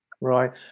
Right